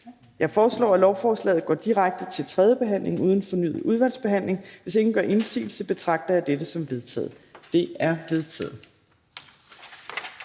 Jeg foreslår, at lovforslaget går direkte til tredje behandling uden fornyet udvalgsbehandling. Hvis ingen gør indsigelse, betragter jeg dette som vedtaget. Det er vedtaget.